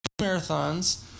marathons